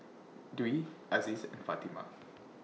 Dwi Aziz and Fatimah